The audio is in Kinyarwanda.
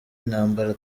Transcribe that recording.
intambara